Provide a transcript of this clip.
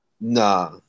Nah